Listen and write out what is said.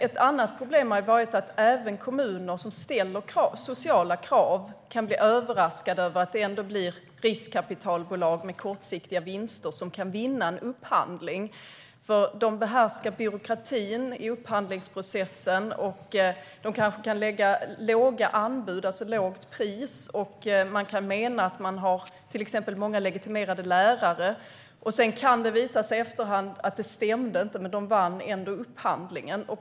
Ett annat problem har varit att även kommuner som ställer sociala krav kan bli överraskade av att det ändå är riskkapitalbolag med kortsiktiga vinstintressen som kan vinna en upphandling. Bolagen behärskar byråkratin i upphandlingsprocessen. De kan lägga låga anbud, det vill säga ta ut ett lågt pris, och de kan hävda att de har till exempel många legitimerade lärare. Sedan kan det visa sig i efterhand att det inte stämde, men de vann upphandlingen.